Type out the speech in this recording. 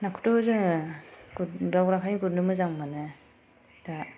नाखौथ जोङो गुरदाव बाथाय गुरनो मोजां मोनो दा